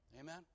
Amen